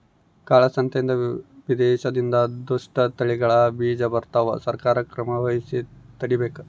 ಕಾಳ ಸಂತೆಯಿಂದ ವಿದೇಶದಿಂದ ದುಷ್ಟ ತಳಿಗಳ ಬೀಜ ಬರ್ತವ ಸರ್ಕಾರ ಕ್ರಮವಹಿಸಿ ತಡೀಬೇಕು